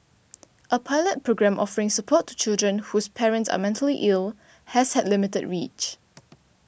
a pilot programme offering support to children whose parents are mentally ill has had limited reach